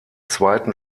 zweiten